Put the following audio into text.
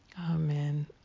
amen